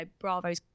Bravo's